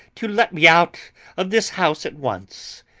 to let me out of this house at once.